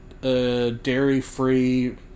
dairy-free